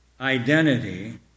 identity